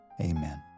amen